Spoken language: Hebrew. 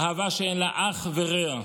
אהבה שאין לה אח ורע,